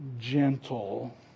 gentle